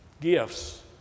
gifts